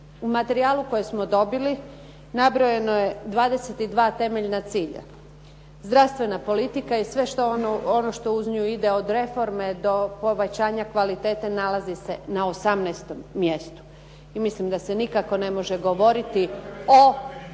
U materijalu koje smo dobili nabrojeno je 22 temeljna cilja. Zdravstvena politika i sve ono što uz nju ide od reforme do povećanja kvalitete nalazi se na 18 mjestu i mislim da se nikako ne može govoriti o